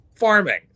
farming